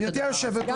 גברתי היושבת-ראש,